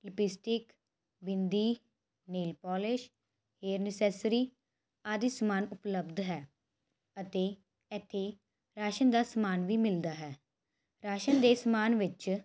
lipstick bindi nail polish hair accessory ਆਦਿ ਸਮਾਨ ਉਪਲਬਧ ਹੈ ਅਤੇ ਇੱਥੇ ਰਾਸ਼ਨ ਦਾ ਸਮਾਨ ਵੀ ਮਿਲਦਾ ਹੈ ਰਾਸ਼ਨ ਦੇ ਸਮਾਨ ਵਿੱਚ